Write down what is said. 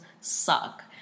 suck